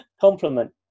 compliment